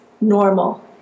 normal